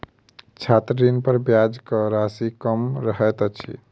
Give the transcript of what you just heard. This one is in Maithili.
छात्र ऋणपर ब्याजक राशि कम रहैत अछि